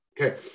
Okay